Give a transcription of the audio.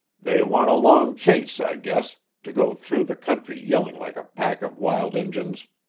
they want a long chase, i guess, to go through the country yelling like a pack of wild injuns.